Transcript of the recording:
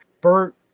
Bert